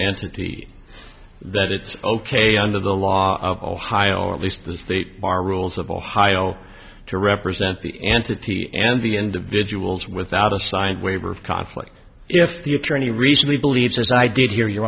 entity that it's ok under the law of ohio or at least the state bar rules of ohio to represent the entity and the individuals without a signed waiver of conflict if the attorney recently believes as i did hear you